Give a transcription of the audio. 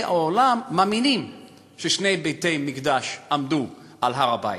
העולם מאמינים ששני בתי-מקדש עמדו על הר-הבית.